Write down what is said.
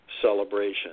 celebration